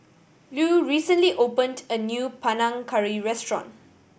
Lew recently opened a new Panang Curry restaurant